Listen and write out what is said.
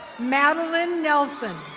madeline nelson.